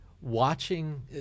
watching